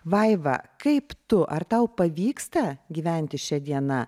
vaiva kaip tu ar tau pavyksta gyventi šia diena